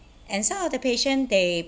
and some of the patient they